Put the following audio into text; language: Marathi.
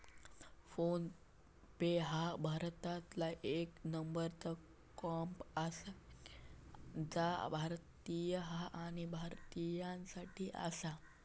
फोन पे ह्या भारतातला येक नंबरचा अँप आसा जा भारतीय हा आणि भारतीयांसाठी आसा